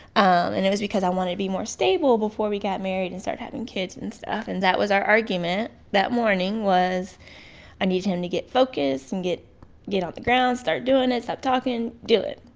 and it was because i wanted to be more stable before we got married and started having kids and stuff and that was our argument that morning was i need him to get focused and get get off the ground, start doing it, stop talking, do it.